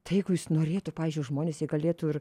tai jeigu jis norėtų pavyzdžiui žmonės jie galėtų ir